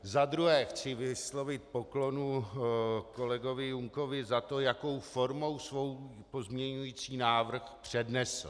Za druhé chci vyslovit poklonu kolegovi Junkovi za to, jakou formou svůj pozměňující návrh přednesl.